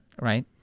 right